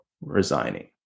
resigning